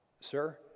sir